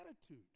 attitude